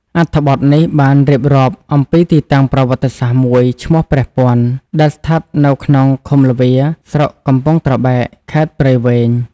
អត្ថបទនេះបានរៀបរាប់អំពីទីតាំងប្រវត្តិសាស្ត្រមួយឈ្មោះ “ព្រះពាន់” ដែលស្ថិតនៅក្នុងឃុំល្វា ស្រុកកំពង់ត្របែក ខេត្តព្រៃវែង។